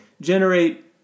generate